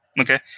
Okay